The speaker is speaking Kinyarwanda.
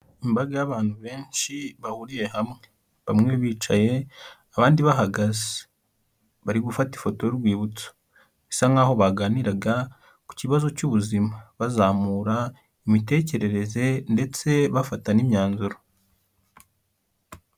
Imbaga y'abantu benshi bahuriye hamwe, bamwe bicaye abandi bahagaze, bari gufata ifoto y'urwibutso, bisa nk'aho baganiraga ku kibazo cy'ubuzima, bazamura imitekerereze ndetse bafata n'imyanzuro.